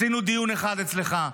עשינו דיון אחד אצלך.